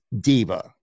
diva